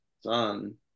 son